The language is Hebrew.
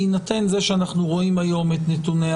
בהינתן זה שאנחנו רואים היום את נתוני